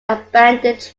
abandoned